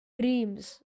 dreams